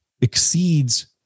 exceeds